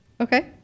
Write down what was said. okay